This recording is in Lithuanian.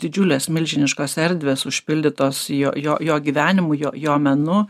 didžiulės milžiniškos erdvės užpildytos jo jo jo gyvenimu jo jo menu